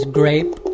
grape